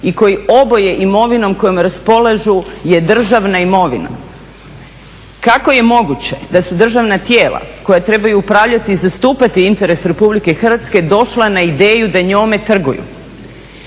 i koji oboje imovinom kojom raspolažu je državna imovina. Kako je moguće da su državna tijela koja trebaju upravljati i zastupati interes Republike Hrvatske došla na ideju da njome trguju.